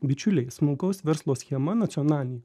bičiuliai smulkaus verslo schema nacionalinė